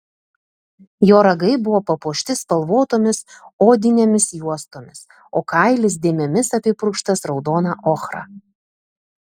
jo ragai buvo papuošti spalvotomis odinėmis juostomis o kailis dėmėmis apipurkštas raudona ochra